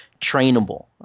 trainable